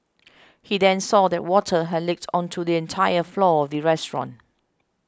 he then saw that water had leaked onto the entire floor of the restaurant